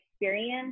experience